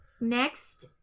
Next